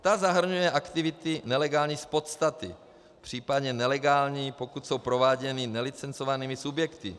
Ta zahrnuje aktivity nelegální z podstaty, případně nelegální, pokud jsou prováděny nelicencovanými subjekty.